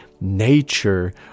Nature